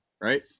right